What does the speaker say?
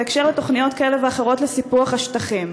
בקשר לתוכניות כאלה ואחרות לסיפוח השטחים.